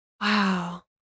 Wow